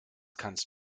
kannst